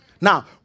Now